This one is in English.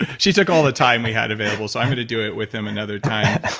she took all the time we had available so i'm going to do it with him another time.